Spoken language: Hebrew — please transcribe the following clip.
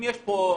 אם יש פה החלטה,